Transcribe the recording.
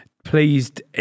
Pleased